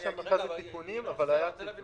היה שם אחרי זה תיקונים, אבל היה קיצוץ.